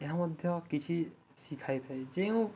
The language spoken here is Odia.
ଏହା ମଧ୍ୟ କିଛି ଶିଖାଇ ଥାଏ ଯେଉଁ